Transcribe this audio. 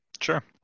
Sure